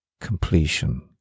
completion